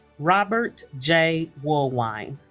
robert j. woolwine